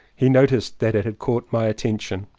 he noticed that it had caught my attention.